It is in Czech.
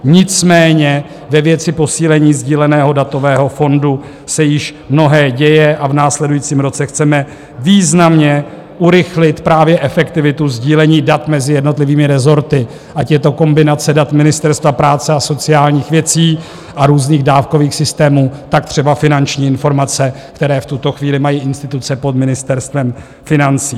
Nicméně ve věci posílení sdíleného datového fondu se již mnohé děje a v následujícím roce chceme významně urychlit právě efektivitu sdílení dat mezi jednotlivými rezorty, ať je to kombinace dat Ministerstva práce a sociálních věcí a různých dávkových systémů, tak třeba finanční informace, které v tuto chvíli mají instituce pod Ministerstvem financí.